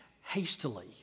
hastily